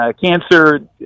cancer